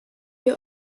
die